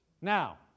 Now